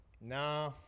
Nah